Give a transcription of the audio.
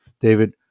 David